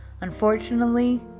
unfortunately